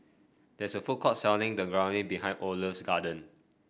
there is a food court selling Dangojiru behind Oliver's garden